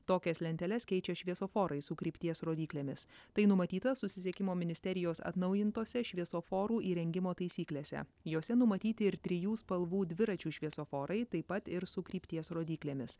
tokias lenteles keičia šviesoforai su krypties rodyklėmis tai numatyta susisiekimo ministerijos atnaujintose šviesoforų įrengimo taisyklėse jose numatyti ir trijų spalvų dviračių šviesoforai taip pat ir su krypties rodyklėmis